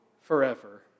forever